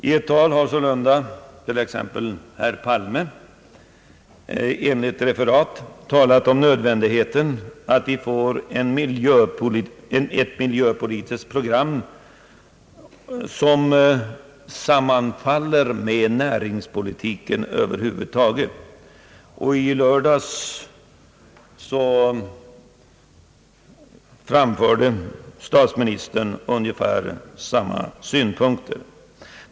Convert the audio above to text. I ett tal har t.ex. herr Palme, enligt referat, talat om nödvändigheten av att vi får ett miljöpolitiskt program som sammanfaller med näringspolitiken över huvud taget, och i lördags framförde statsministern ungefär samma synpunkter.